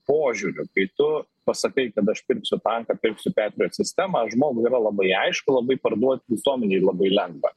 požiūriu kai tu pasakai kad aš pirksiu tanką pirksiu petrijot sistemą žmogui yra labai aišku labai parduot visuomenei labai lengva